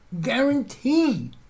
guarantee